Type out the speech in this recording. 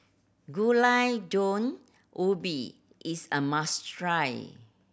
Gulai Daun Ubi is a must try